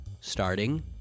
starting